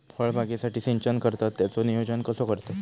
फळबागेसाठी सिंचन करतत त्याचो नियोजन कसो करतत?